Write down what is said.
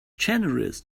generous